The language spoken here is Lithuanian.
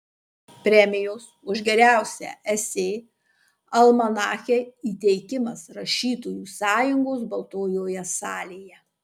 premijos už geriausią esė almanache įteikimas rašytojų sąjungos baltojoje salėje